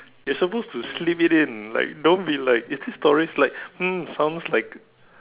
you're supposed to slip it in like don't be like is this story like mm sounds like